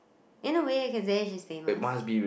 in a way can say he's famous